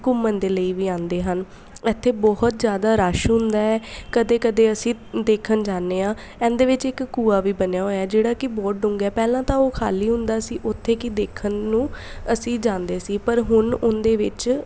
ਘੁੰਮਣ ਦੇ ਲਈ ਵੀ ਆਉਂਦੇ ਹਨ ਇੱਥੇ ਬਹੁਤ ਜ਼ਿਆਦਾ ਰਸ਼ ਹੁੰਦਾ ਹੈ ਕਦੇ ਕਦੇ ਅਸੀਂ ਦੇਖਣ ਜਾਂਦੇ ਹਾਂ ਇਹਦੇ ਵਿੱਚ ਇੱਕ ਕੂਆਂ ਵੀ ਬਣਿਆ ਹੋਇਆ ਜਿਹੜਾ ਕਿ ਬਹੁਤ ਡੂੰਘਾ ਆ ਪਹਿਲਾਂ ਤਾਂ ਉਹ ਖਾਲੀ ਹੁੰਦਾ ਸੀ ਉੱਥੇ ਕੀ ਦੇਖਣ ਨੂੰ ਅਸੀਂ ਜਾਂਦੇ ਸੀ ਪਰ ਹੁਣ ਉਹਦੇ ਵਿੱਚ